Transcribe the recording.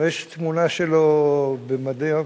ויש תמונה שלו במדים.